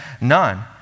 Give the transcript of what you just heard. none